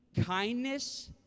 kindness